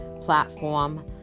platform